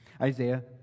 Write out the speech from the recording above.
Isaiah